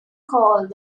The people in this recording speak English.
called